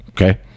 okay